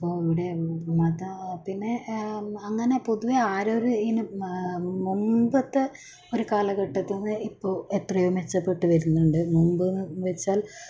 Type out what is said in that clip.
ഇവിടെ മതത്തിനെ അങ്ങനെ പൊതുവെ ആരോരും ഇതിന് മുമ്പത്തെ ഒരു കാലഘട്ടത്തിൽ നിന്ന് ഇപ്പോൾ എത്രയോ മെച്ചപ്പെട്ട് വരുന്നുണ്ട് മുൻപെന്ന് വെച്ചാൽ